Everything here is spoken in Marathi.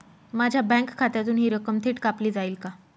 माझ्या बँक खात्यातून हि रक्कम थेट कापली जाईल का?